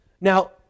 Now